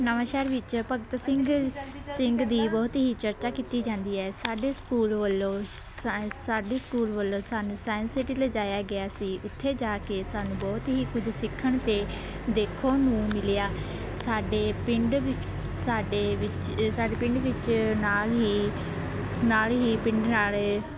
ਨਵਾਂਸ਼ਹਿਰ ਵਿੱਚ ਭਗਤ ਸਿੰਘ ਸਿੰਘ ਦੀ ਬਹੁਤ ਹੀ ਚਰਚਾ ਕੀਤੀ ਜਾਂਦੀ ਹੈ ਸਾਡੇ ਸਕੂਲ ਵੱਲੋਂ ਸਾ ਸਾਡੇ ਸਕੂਲ ਵੱਲੋਂ ਸਾਨੂੰ ਸਾਇੰਸ ਸਿਟੀ ਲਿਜਾਇਆ ਗਿਆ ਸੀ ਉੱਥੇ ਜਾ ਕੇ ਸਾਨੂੰ ਬਹੁਤ ਹੀ ਕੁਝ ਸਿੱਖਣ ਅਤੇ ਦੇਖਣ ਨੂੰ ਮਿਲਿਆ ਸਾਡੇ ਪਿੰਡ ਵਿ ਸਾਡੇ ਵਿੱਚ ਸਾਡੇ ਪਿੰਡ ਵਿੱਚ ਨਾਲ਼ ਹੀ ਨਾਲ਼ ਹੀ ਪਿੰਡ ਨਾਲ਼